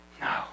No